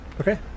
Okay